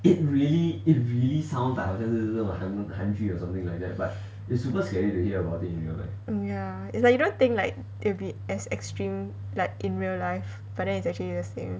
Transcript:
ya it's like you don't think like it'll be as extreme like in real life but then it's actually the same